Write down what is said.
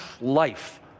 life